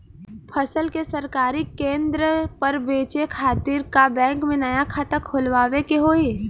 फसल के सरकारी केंद्र पर बेचय खातिर का बैंक में नया खाता खोलवावे के होई?